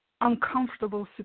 uncomfortable